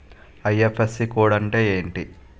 IFSC code అంటే ఏంటి?